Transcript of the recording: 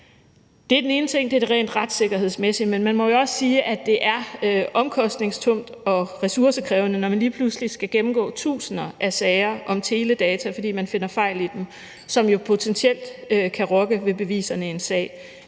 Det er den ene ting – det rent retssikkerhedsmæssige. Men man må jo også sige, at det er omkostningstungt og ressourcekrævende, når man lige pludselig skal gennemgå tusinder af sager om teledata, fordi man finder fejl i dem, som jo potentielt kan rokke ved beviserne i en sag.